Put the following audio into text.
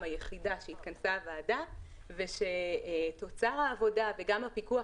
היחידה שהתכנסה הוועדה ושתוצר העבודה וגם הפיקוח